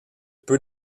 peu